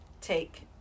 take